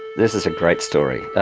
this is a great story.